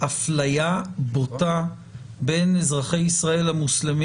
אפליה בוטה בין אזרחי ישראל המוסלמים